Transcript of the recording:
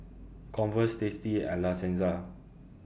Converse tasty and La Senza